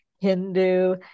Hindu